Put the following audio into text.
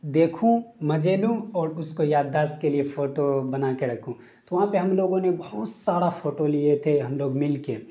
دیکھوں مزے لوں اور اس کو یاد داشت کے لیے فوٹو بنا کے رکھوں تو وہاں پہ ہم لوگوں نے بہت سارا فوٹو لیے تھے ہم لوگ مل کے